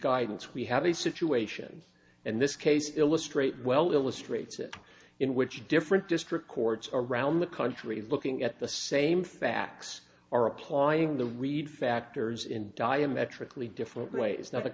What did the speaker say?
guidance we have a situation and this case illustrate well illustrates it in which different district courts around the country looking at the same facts or applying the reed factors in diametrically different ways